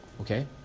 okay